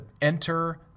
enter